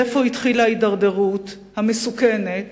ואיפה התחילה ההידרדרות המסוכנת,